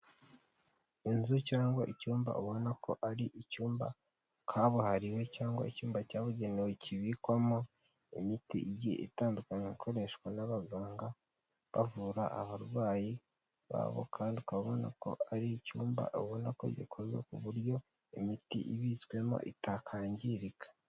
Inzu cyangwa icyumba ubona ko ari icyumba kabuhariwe cyangwa icyumba cyabugenewe kibikwamo imiti itandukanye ikoreshwa n'abaganga bavura abarwayi babo kandi ukabona ko ari icyumba ubona ko gikozwe ku buryo imiti ibitswemo itakangirika.